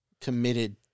committed